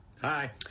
Hi